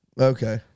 Okay